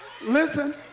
Listen